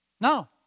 No